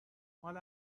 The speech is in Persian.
ماله